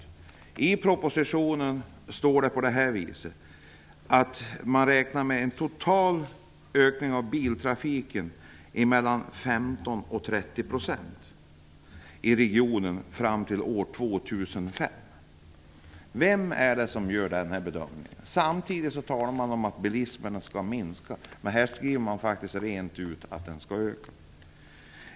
Av propositionen framgår det att man räknar med en total ökning av biltrafiken på 15 till 30 % i regionen fram till år 2005. Vem är det som gör den bedömningen? Samtidigt talar man om att bilismen skall minska. Men i propositionen skriver man rent ut att den skall öka.